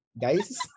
Guys